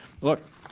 look